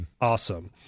Awesome